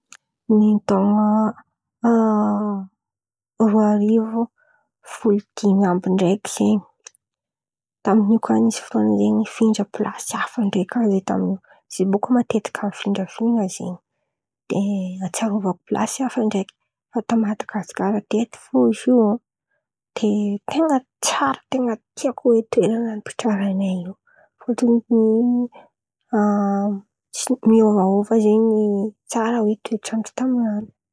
Ny taon̈o roa arivo folo dimy amby ndraiky zen̈y, tamin̈io bôka za nisy fotoan̈a nifindra plasy hafa ndraiky Zay Taminio, zahay bôka matetiky mofindrafindra zen̈y de atsiarôvako plasy hafa ndraiky fa tà Madagasikara teto fo izy io, de ten̈a tsy ary ten̈a tiako oe toeran̈a nipetraran̈ay io, fôtiny raha miran̈a oe tsara oe toe-trandra tamin̈any.